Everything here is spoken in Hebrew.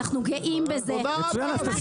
אנחנו נוסיף --- זה לא נכון.